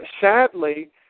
Sadly